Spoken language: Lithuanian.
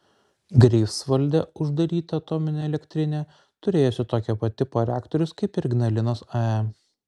greifsvalde uždaryta atominė elektrinė turėjusi tokio pat tipo reaktorius kaip ir ignalinos ae